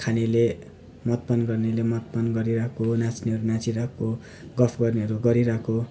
खानेले मदपान गर्नेले मदपान गरिरहेको नाच्नेहरू नाचिरहेको गफ गर्नेहरू गरिरहेको